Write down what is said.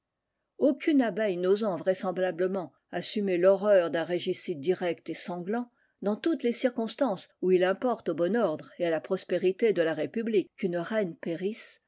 aucune abeille n'osant vraisemblablement assumer l'horreur d'un régicide direct et sanglant dans toutes les circonstances où il importe au bon ordre et à la prospérité de la république qu'une reine périsse